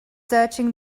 searching